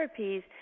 therapies